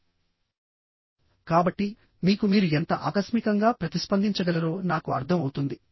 కాబట్టి మీకు మీరు ఎంత ఆకస్మికంగా ప్రతిస్పందించగలరో నాకు అర్థం అవుతుంది